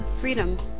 freedom